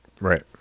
Right